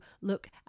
look